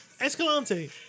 Escalante